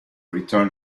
return